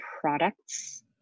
products